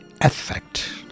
Effect